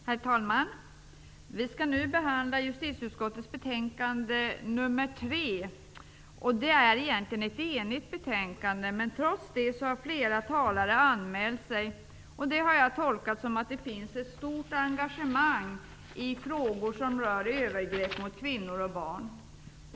Herr talman! Vi skall nu behandla justitieutskottets betänkande JuU3. Det är egentligen ett enigt betänkande, men trots detta har flera talare anmält sig. Jag har tolkat det som att det finns ett stort engagemang i frågor som rör övergrepp mot kvinnor och barn.